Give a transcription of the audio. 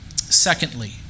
Secondly